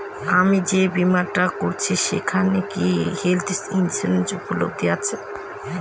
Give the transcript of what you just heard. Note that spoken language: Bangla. আমি যে বীমাটা করছি সেইখানে কি হেল্থ ইন্সুরেন্স উপলব্ধ আছে?